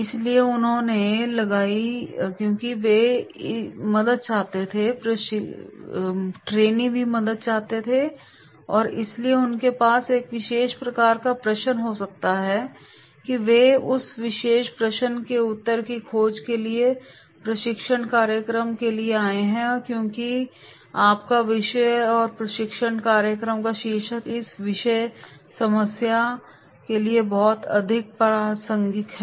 इसलिए उन्होंने लगाई क्योंकि वे भी मदद चाहते हैं प्रशिक्षु भी मदद चाहते हैं और इसलिए उनके पास एक विशेष प्रकार का प्रश्न हो सकता है और वे उस विशेष प्रश्न के उत्तर की खोज के लिए प्रशिक्षण कार्यक्रम के लिए आए हैं क्योंकि आपका विषय और प्रशिक्षण कार्यक्रम का शीर्षक इस विशेष समस्या के लिए बहुत अधिक प्रासंगिक है